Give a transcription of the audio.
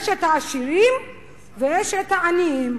יש העשירים ויש העניים.